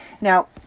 Now